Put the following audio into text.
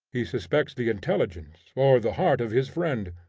he suspects the intelligence or the heart of his friend.